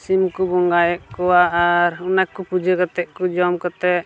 ᱥᱤᱢᱠᱚ ᱵᱚᱸᱜᱟᱭᱮᱫ ᱠᱚᱣᱟ ᱟᱨ ᱚᱱᱟᱠᱚ ᱯᱩᱡᱟᱹ ᱠᱟᱛᱮᱫ ᱠᱚ ᱡᱚᱢ ᱠᱟᱛᱮᱫ